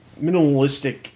minimalistic